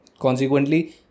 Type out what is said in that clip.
consequently